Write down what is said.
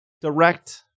direct